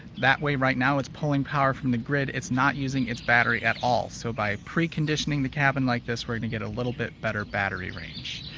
that way, right now it's pulling power from the grid it's not using its battery at all. so by preconditioning the cabin like this we're gonna get a little bit better battery range.